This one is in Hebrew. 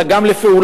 אלא גם לפעולה.